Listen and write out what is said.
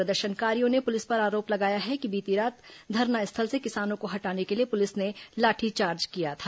प्रदर्शनकारियों ने पुलिस पर आरोप लगाया है कि बीती रात धरनास्थल से किसानों को हटाने के लिए पुलिस ने लाठीचार्ज किया था